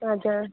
हजुर